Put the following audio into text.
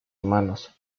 humanos